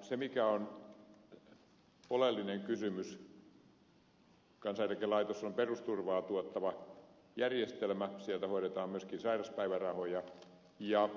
se mikä on oleellinen kysymys on se että kansaneläkelaitos on perusturvaa tuottava järjestelmä sieltä hoidetaan myöskin sairauspäivärahoja ja